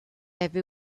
avait